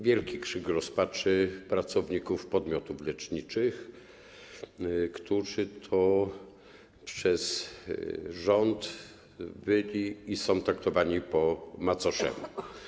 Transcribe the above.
Wielki krzyk rozpaczy pracowników podmiotów leczniczych, którzy to przez rząd byli i są traktowani po macoszemu.